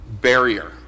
barrier